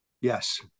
yes